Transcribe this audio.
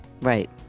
Right